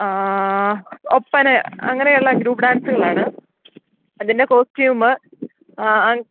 അ ഒപ്പന അങ്ങനെയുള്ള ഗ്രൂപ്പ് ഡാൻസുകളാണ് അതിൻ്റെ കോസ്റ്റ്യൂം